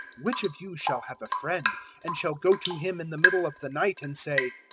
which of you shall have a friend and shall go to him in the middle of the night and say,